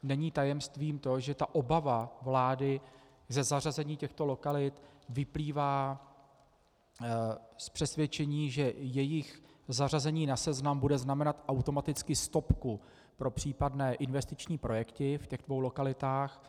Není tajemstvím to, že obava vlády ze zařazení těchto lokalit vyplývá z přesvědčení, že jejich zařazení na seznam bude znamenat automaticky stopku pro případné investiční projekty v těchto dvou lokalitách.